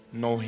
no